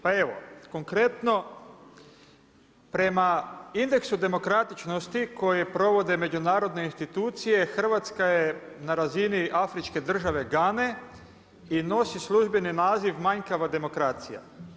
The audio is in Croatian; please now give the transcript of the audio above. Pa evo konkretno, prema indeksu demokratičnosti koje provode međunarodne institucije Hrvatska je na razini afričke države Gane i nosi službeni naziv manjkava demokracija.